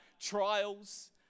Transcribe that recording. trials